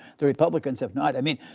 the republicans have not. i mean,